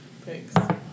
Thanks